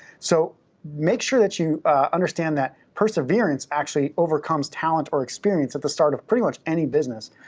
so make sure that you understand that perseverance actually overcomes talent or experience at the start of pretty much any business.